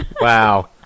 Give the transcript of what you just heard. Wow